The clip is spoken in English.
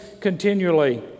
continually